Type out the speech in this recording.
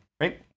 right